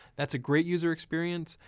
that's a great user experience.